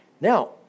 Now